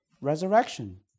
resurrection